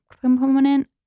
component